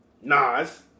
Nas